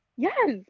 Yes